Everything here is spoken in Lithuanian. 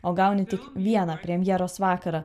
o gauni tik vieną premjeros vakarą